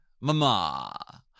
mama